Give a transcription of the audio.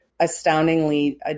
astoundingly